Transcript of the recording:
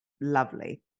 lovely